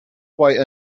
quite